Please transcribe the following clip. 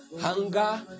hunger